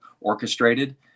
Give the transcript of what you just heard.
orchestrated